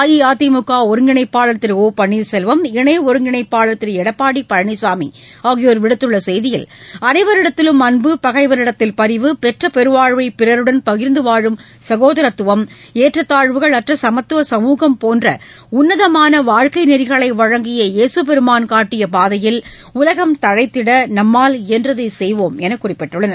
அஇஅதிமுக ஒருங்கிணைப்பாளர் திரு ஒ பள்ளீர்செல்வம் இணை ஒருங்கிணைப்பாளர் திரு எடப்பாடி பழனிசாமி ஆகியோர் விடுத்துள்ள செய்தியில் அனைவரிடத்திலும் அன்பு பகைவரிடத்தில் பரிவு பெற்ற பெருவாழ்வை பிறருடன் பகிர்ந்து வாழும் சனோதரத்துவம் ஏற்றத்தாழ்வுகள் அற்ற சமத்துவ சமுகம் போன்ற உள்ளதமான வாழ்க்கை நெறிகளை வழங்கிய ஏசு பெருமான் னாட்டிய பாதையில் உலகம் தழைத்திட நம்மால் இயன்றதை செய்வோம் என்று குறிப்பிட்டுள்ளனர்